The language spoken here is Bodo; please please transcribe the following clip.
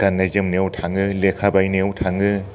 गान्नाय जोमनायाव थाङो लेखा बायनायाव थाङो